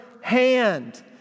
hand